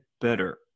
better